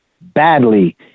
Badly